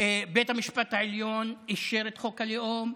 בית המשפט העליון אישר את חוק הלאום,